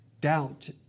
doubt